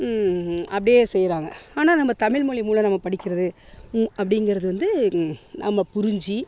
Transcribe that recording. அப்படியே செய்யறாங்க ஆனால் நம்ப தமிழ் மொழி மூலம் நம்ம படிக்கிறது ம் அப்படிங்கிறது வந்து நம்ம புரிஞ்சு